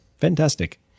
Fantastic